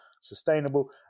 sustainable